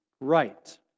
right